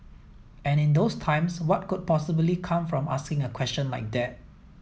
and in those times what could possibly come from asking a question like that